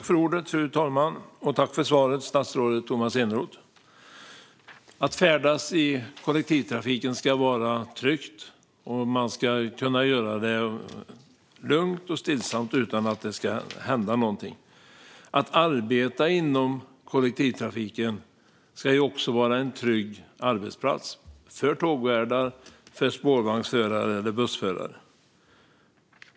Fru talman! Tack för svaret, statsrådet Tomas Eneroth! Att färdas i kollektivtrafiken ska vara tryggt, och man ska kunna göra det lugnt och stillsamt utan att något händer. Kollektivtrafiken ska också vara en trygg arbetsplats för tågvärdar, spårvagnsförare och bussförare.